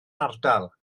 ardal